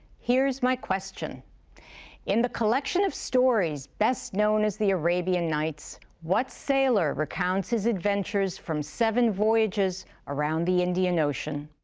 here's my question in the collection of stories best known as the arabian nights, what sailor recounts his adventures from seven voyages around the indian ocean?